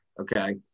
Okay